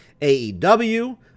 AEW